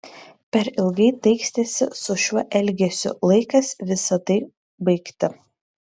per ilgai taikstėsi su šiuo elgesiu laikas visa tai baigti